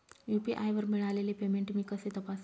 UPI वर मिळालेले payment मी कसे तपासू?